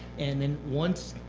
and then once